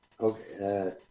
Okay